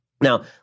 Now